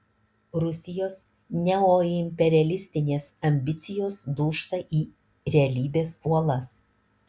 rusijos neoimperialistinės ambicijos dūžta į realybės uolas